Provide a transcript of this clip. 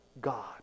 God